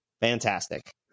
fantastic